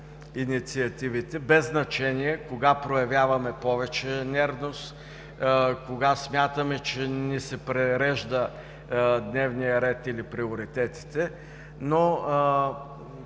инициативите, без значение кога проявяваме повече нервност, кога смятаме, че ни се прережда дневният ред или приоритетите, но